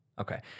Okay